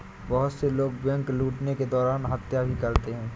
बहुत से लोग बैंक लूटने के दौरान हत्या भी करते हैं